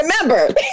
remember